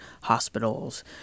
hospitals